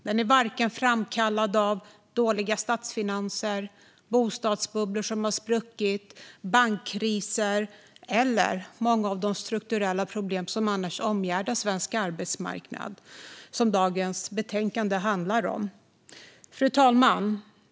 Den är varken framkallad av dåliga statsfinanser, bostadsbubblor som spruckit, bankkriser eller de många strukturella problem som annars omgärdar svensk arbetsmarknad och som dagens betänkande handlar om. Fru talman!